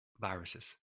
viruses